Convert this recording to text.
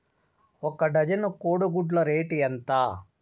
ఒక డజను కోడి గుడ్ల రేటు ఎంత?